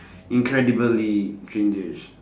incredibally